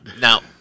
Now